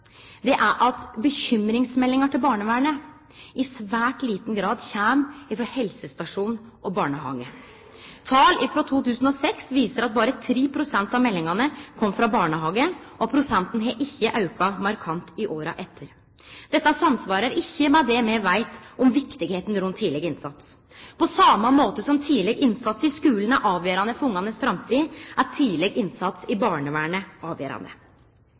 er at bekymringsmeldingar til barnevernet i svært liten grad kjem frå helsestasjon og barnehage. Tal frå 2006 viser at berre 3 pst. av meldingane kom frå barnehagen, og prosenten har ikkje auka markant i åra etter. Dette samsvarar ikkje med det me veit om viktigheita av tidleg innsats. På same måten som tidleg innsats i skulen er avgjerande for barnets framtid, er tidleg innsats i barnevernet avgjerande.